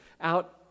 out